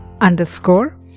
underscore